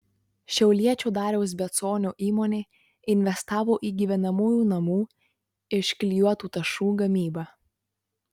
šiauliečio dariaus beconio įmonė investavo į gyvenamųjų namų iš klijuotų tašų gamybą